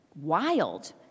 wild